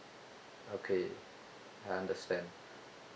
okay I understand